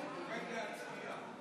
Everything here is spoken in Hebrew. (קוראת בשמות חברי הכנסת) משה אבוטבול,